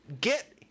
get